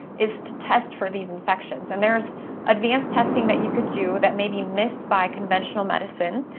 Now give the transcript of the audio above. is to test for these infections. and there's advanced testing that you could do that may be missed by conventional medicine.